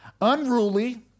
unruly